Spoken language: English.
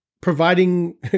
providing